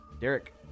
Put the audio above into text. Derek